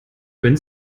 gönnt